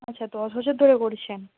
আচ্ছা দশ বছর ধরে করছেন